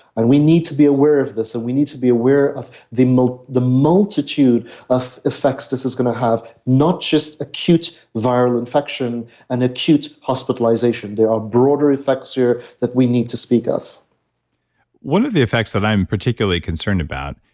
and we need to be aware of this and we need to be aware of the multitude of effects this is going to have not just acute viral infection and acute hospitalization. there are broader effects here that we need to speak of one of the effects that i'm particularly concerned about,